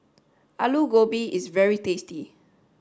Alu Gobi is very tasty